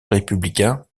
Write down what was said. républicain